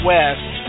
West